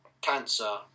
cancer